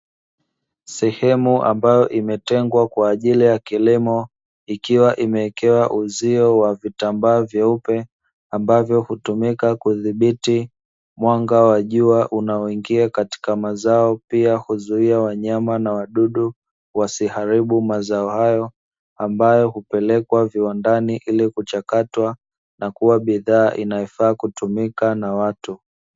Sehemu ambayo imetengwa kwa ajili ya kilimo, ikiwa imewekewa uzio wa vitambaa vyeupe ambavyo hutumika kudhibiti mwanga wa jua unaoingia katika mazao. Pia kuzuia wanyama na wadudu wasiharibu mazao hayo, ambayo hupelekwa viwandani ili kuchakatwa na kuwa bidhaa inayofaa kutumika na watu.